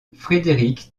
frédéric